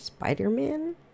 Spider-Man